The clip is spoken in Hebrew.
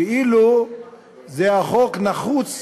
כאילו זה חוק נחוץ.